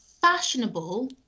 fashionable